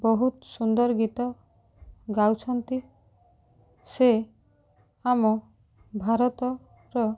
ବହୁତ ସୁନ୍ଦର ଗୀତ ଗାଉଛନ୍ତି ସେ ଆମ ଭାରତର